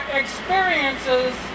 experiences